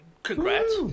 Congrats